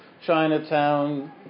Chinatown